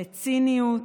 לציניות,